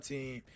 Team